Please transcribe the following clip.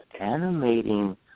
animating